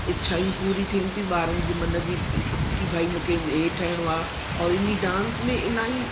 इच्छाऊं पूरी थियनि थियूं ॿारनि जूं मन जी कि भई मूंखे ही ठहणो आहे और इन्ही डांस में इलाही